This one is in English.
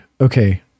okay